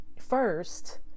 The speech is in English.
first